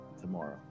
tomorrow